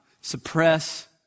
suppress